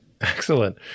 Excellent